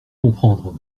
comprendre